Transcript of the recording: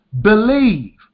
Believe